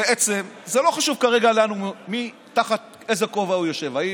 בעצם, זה לא חשוב כרגע תחת איזה כובע הוא יושב, אם